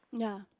yeah.